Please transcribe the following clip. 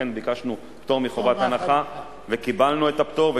לכן ביקשנו פטור מחובת הנחה וקיבלנו את הפטור.